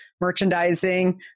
merchandising